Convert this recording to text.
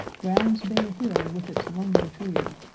brown's bare hill with its lonely tree,